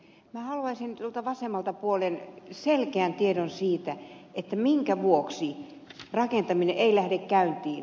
minä haluaisin tuolta vasemmalta puolen selkeän tiedon siitä minkä vuoksi rakentaminen ei lähde käyntiin